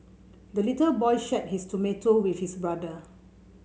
the little boy shared his tomato with his brother